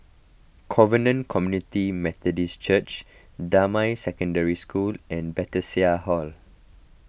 Covenant Community Methodist Church Damai Secondary School and Hall